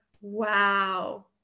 wow